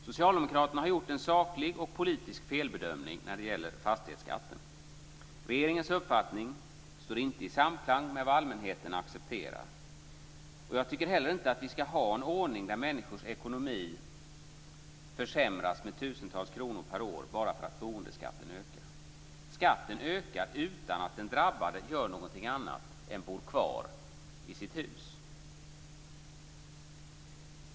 Socialdemokraterna har gjort en saklig och politisk felbedömning när det gäller fastighetsskatten. Regeringens uppfattning står inte i samklang med vad allmänheten accepterar. Jag tycker inte heller att vi ska ha en ordning där människors ekonomi försämras med tusentals kronor per år bara för att boendeskatten ökar. Skatten ökar utan att den drabbade gör något annat än bor kvar i sitt hus.